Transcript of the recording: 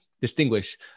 distinguish